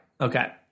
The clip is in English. Okay